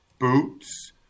boots